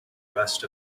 rest